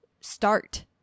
start